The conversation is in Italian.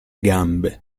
gambe